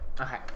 Okay